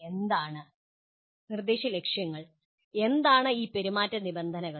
എന്താണ് ഈ പെരുമാറ്റ നിബന്ധനകൾ